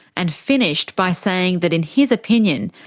and finished by saying that in his opinion,